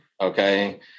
Okay